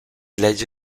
legge